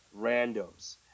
randos